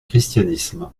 christianisme